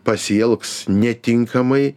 pasielgs netinkamai